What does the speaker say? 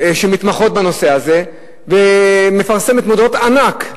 שמתמחות בנושא הזה, ומפרסמת מודעות ענק,